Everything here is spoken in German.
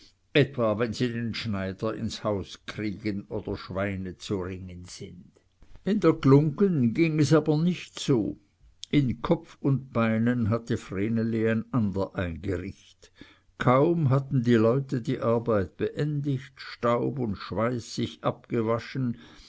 etwa wenn sie den schneider ins haus kriegen oder schweine zu ringen sind in der glunggen ging es aber nicht so in kopf und beinen hatte vreneli ein ander eingericht kaum hatten die leute die arbeit beendigt staub und schweiß sich abgewaschen